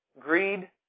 greed